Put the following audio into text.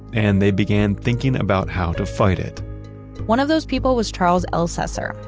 and they began thinking about how to fight it one of those people was charles elsesser,